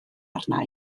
arna